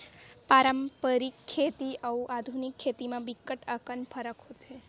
पारंपरिक खेती अउ आधुनिक खेती म बिकट अकन फरक होथे